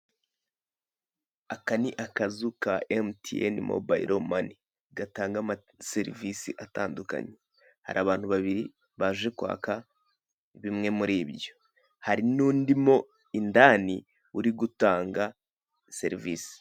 Aka ni akazu ka MTN mobile money gatanga ama serivise atandukanye hari abantu babiri baje kwaka bimwe muribyo, hari nundi mo indani uri gutanga serivise.